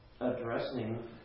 addressing